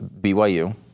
BYU